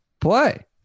play